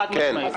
חד-משמעי.